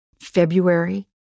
February